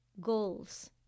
goals